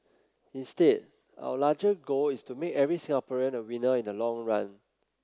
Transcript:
instead our larger goal is to make every Singaporean a winner in the long run